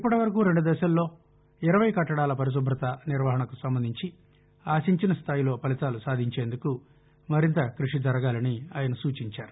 ఇప్పటివరకు రెండు దశలలో ఇరవై కట్టడాల పరిశు భ్రిత నిర్వహణకు సంబంధించి ఆశించిన స్దాయిలో ఫలితాలు సాధించేందుకు మరింత కృషి జరగాలని ఆయన సూచించారు